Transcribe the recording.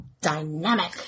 dynamic